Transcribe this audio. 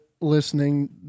listening